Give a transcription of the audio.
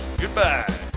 Goodbye